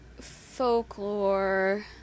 Folklore